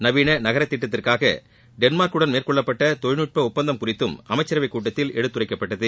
நவீள நகர திட்டத்திற்காக டென்மார்க்குடன் மேற்கொள்ளப்பட்ட தொழில்நுட்ப ஒப்பந்தம் குறித்தும் அமைச்சரவைக் கூட்டத்தில் எடுத்துரைக்கப்பட்டது